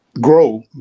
grow